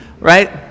Right